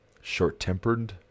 short-tempered